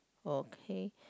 okay